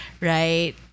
right